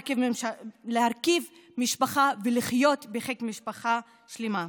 להרכיב משפחה ולחיות בחיק משפחה שלמה.